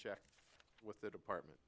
check with the department